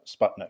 Sputnik